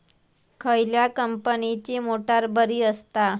खयल्या कंपनीची मोटार बरी असता?